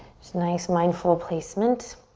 just nice, mindful of placement.